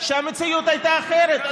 והמציאות הייתה אחרת.